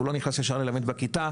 הוא לא נכנס ישר ללמד בכיתה.